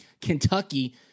Kentucky